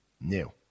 new